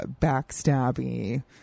backstabby